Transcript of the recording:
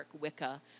Wicca